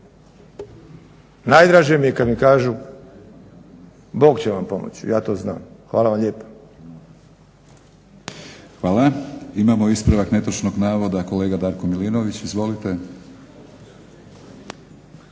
Najdraže mi je kad mi kažu Bog će vam pomoći. Ja to znam. Hvala vam lijepo. **Batinić, Milorad (HNS)** Hvala. Imamo ispravak netočnog navoda, kolega Darko Milinović. Izvolite.